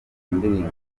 ndirimbo